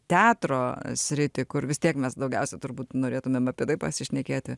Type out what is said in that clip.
teatro sritį kur vis tiek mes daugiausiai turbūt norėtumėm apie tai pasišnekėti